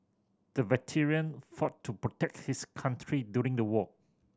the veteran fought to protect his country during the war